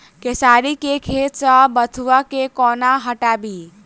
खेसारी केँ खेत सऽ बथुआ केँ कोना हटाबी